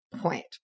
point